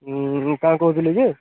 ହୁଁ କାଣା କହୁଥିଲି କି